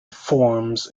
forms